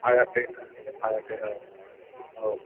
हायाखै हायाखै औ